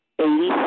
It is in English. Eighty